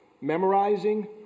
memorizing